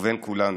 ובין כולנו,